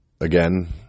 again